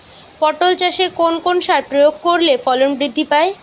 পটল চাষে কোন কোন সার প্রয়োগ করলে ফলন বৃদ্ধি পায়?